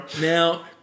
Now